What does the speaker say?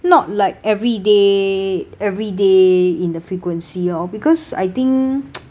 not like everyday everyday in the frequency orh because I think